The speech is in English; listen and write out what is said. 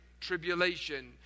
tribulation